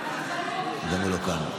הוא לא כאן.